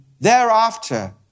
thereafter